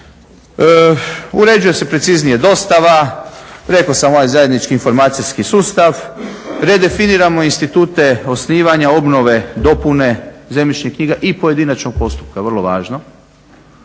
Uređuje se preciznije dostava. Rekao sam ovaj zajednički informacijski sustav, redefiniramo institute osnivanja, obnove, dopune zemljišnih knjiga i pojedinačnog postupka vrlo važno